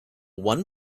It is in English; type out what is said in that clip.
one